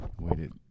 Waited